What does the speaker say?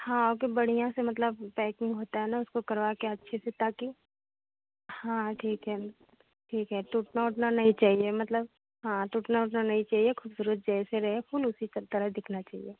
हाँ तो बढ़िया से मतलब पैकिंग होती है ना मतलब उसको करवा कर अच्छे से ताकि हाँ ठीक है ठीक है टूटना उटना नहीं चाहिए मतलब हाँ टूटना उटना नहीं चाहिए ख़ूबसूरत जैसे रहे फूल उसी की तरह दिखना चाहिए